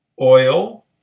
oil